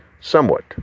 Somewhat